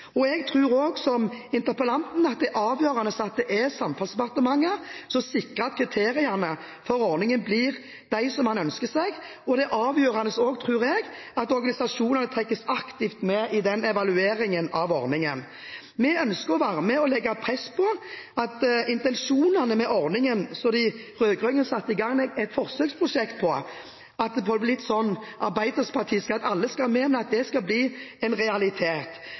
2015. Jeg tror, som interpellanten, det er avgjørende at det er Samferdselsdepartementet som sikrer at kriteriene for ordningen blir som man ønsker seg. Jeg tror også det er avgjørende at organisasjonene trekkes aktivt med i evalueringen av ordningen. Vi ønsker å være med på å legge press på at intensjonene med ordningen som de rød-grønne satte i gang et forsøksprosjekt på, har blitt så «arbeiderpartisk» at «Alle skal med» skal bli en realitet.